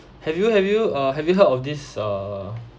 have you have you uh have you heard of this uh